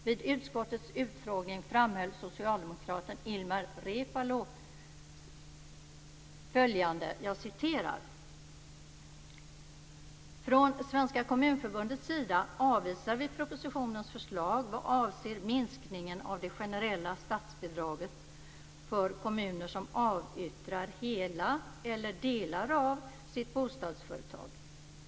Vid utskottets utfrågning framhöll socialdemokraten Ilmar Reepalu följande: "Från Svenska Kommunförbundets sida avvisar vi propositionens förslag vad avser en minskning av det generella statsbidraget för kommuner som avyttrar hela, eller delar av, sitt bostadsföretag.